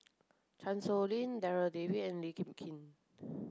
Chan Sow Lin Darryl David and Lee Kip Lin